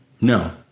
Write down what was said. No